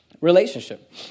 relationship